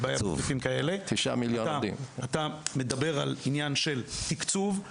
אתה מדבר על עניין של תקצוב,